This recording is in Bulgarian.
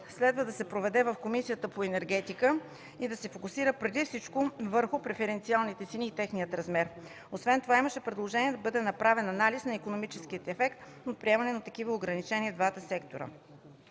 следва да се проведе в Комисията по енергетика и да се фокусира преди всичко върху преференциалните цени и техния размер. Освен това имаше предложение да бъде направен анализ на икономическия ефект от приемането на такива ограничения и в двата сектора.